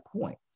point